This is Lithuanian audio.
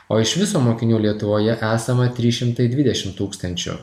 o iš viso mokinių lietuvoje esama trys šimtai dvidešim tūkstančių